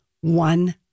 one